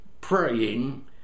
praying